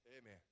Amen